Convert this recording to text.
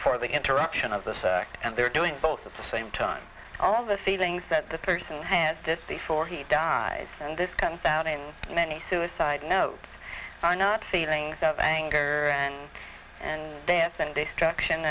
for the interruption of this act and they're doing both at the same time all the feelings that the person has this before he died and this comes out in many suicide notes are not feelings of anger and death and destruction